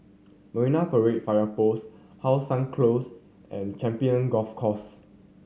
Marine Parade Fire Post How Sun Close and Champion Golf Course